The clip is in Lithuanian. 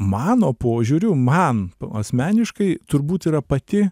mano požiūriu man asmeniškai turbūt yra pati